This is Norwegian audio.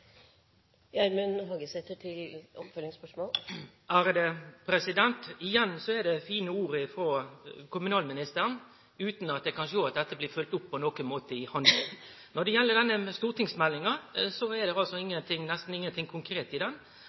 Igjen er det fine ord frå kommunalministeren – utan at eg kan sjå at dette på nokon måte blir følgt opp i handling. Når det gjeld denne stortingsmeldinga, er det nesten ingenting konkret i